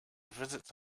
visits